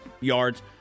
yards